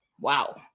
wow